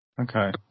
Okay